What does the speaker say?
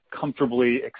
comfortably